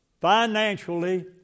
financially